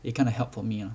it kind of help for me lah